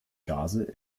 gase